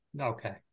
Okay